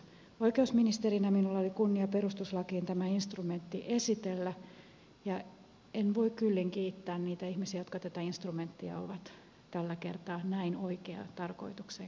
oikeusministerinä minulla oli kunnia perustuslakiin tämä instrumentti esitellä ja en voi kyllin kiittää niitä ihmisiä jotka tätä instrumenttia ovat tällä kertaa näin oikeaan tarkoitukseen käyttäneet